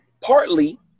partly